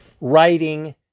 writing